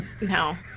No